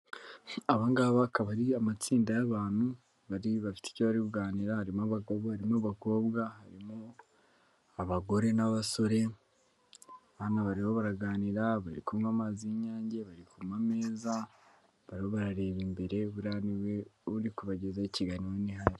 Aba ngaba akaba ari amatsinda y'abantu bafite icyo bari kuganira, harimo abagabo, harimo abakobwa, harimo abagore n'abasore baraganira bari kunywa amazi y'inyange bari ku meza barareba imbere buriya uri kubagezaho ikiganiro ntihari.